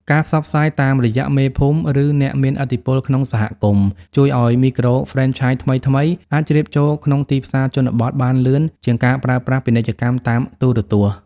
ការផ្សព្វផ្សាយតាមរយៈ "មេភូមិ ឬអ្នកមានឥទ្ធិពលក្នុងសហគមន៍" ជួយឱ្យមីក្រូហ្វ្រេនឆាយថ្មីៗអាចជ្រាបចូលក្នុងទីផ្សារជនបទបានលឿនជាងការប្រើប្រាស់ពាណិជ្ជកម្មតាមទូរទស្សន៍។